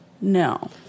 No